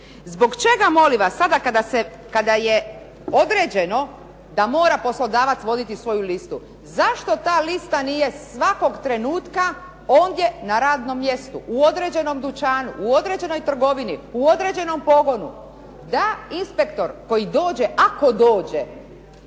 Zbog čega molim vas da sada kada je određeno da poslodavac mora voditi svoju listu, zašto ta lista nije svakog trenutka ondje na radnom mjestu, u određenom dućanu, u određenoj trgovini, u određenom pogonu da inspektor ako dođe, ako se